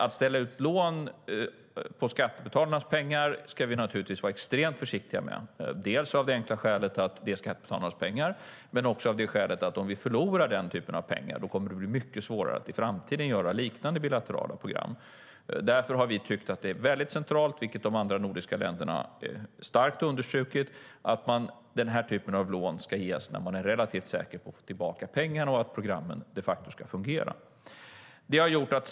Att ställa ut lån på skattebetalarnas pengar ska vi naturligtvis vara extremt försiktiga med, av det enkla skälet att det är skattebetalarnas pengar men också av det skälet att om vi förlorar den typen av pengar kommer det att bli mycket svårare att i framtiden göra liknande bilaterala program. Därför har vi tyckt att det är väldigt centralt att den typen av lån ska ges när man är relativt säker på att få tillbaka pengarna och på att programmen de facto ska fungera, vilket de andra nordiska länderna starkt har understrukit.